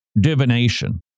divination